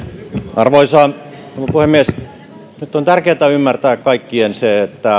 arvoisa rouva puhemies nyt on tärkeätä ymmärtää kaikkien se